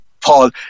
Paul